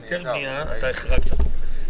13:41) תשובה.